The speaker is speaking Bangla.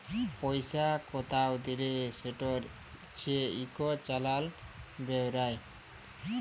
পইসা কোথায় দিলে সেটর যে ইক চালাল বেইরায়